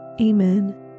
Amen